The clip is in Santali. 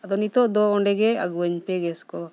ᱟᱫᱚ ᱱᱤᱛᱳᱜ ᱫᱚ ᱚᱸᱰᱮᱜᱮ ᱟᱹᱜᱩᱣᱟᱹᱧᱯᱮ ᱜᱮᱥ ᱠᱚ